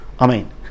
Amen